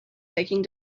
taking